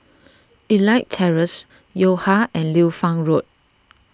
Elite Terrace Yo Ha and Liu Fang Road